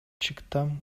чыктым